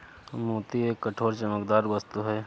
मोती एक कठोर, चमकदार वस्तु है